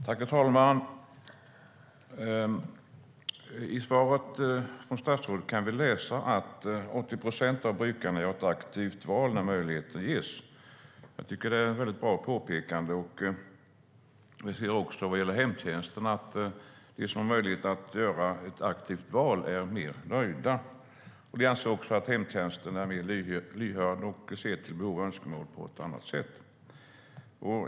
Herr talman! I svaret från statsrådet kan vi läsa att 80 procent av brukarna gör ett aktivt val när möjligheten ges. Jag tycker att det är ett bra påpekande. Vi ser också vad gäller hemtjänsten att de som har möjlighet att göra ett aktivt val är mer nöjda. De anser också att hemtjänsten är mer lyhörd och ser till behov och önskemål på ett annat sätt.